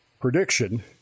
prediction